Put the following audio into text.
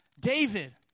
David